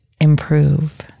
improve